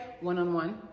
one-on-one